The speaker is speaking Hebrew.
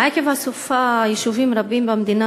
עקב הסופה נתקעו יישובים רבים במדינה